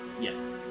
Yes